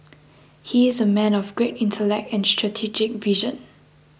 he is a man of great intellect and strategic vision